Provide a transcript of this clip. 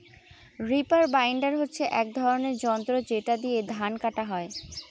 reaper binder হচ্ছে এক ধরনের যন্ত্র যেটা দিয়ে ধান কাটা হয়